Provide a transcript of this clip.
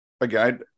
Again